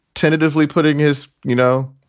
tentatively putting his, you know,